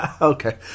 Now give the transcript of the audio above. Okay